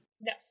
No